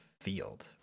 field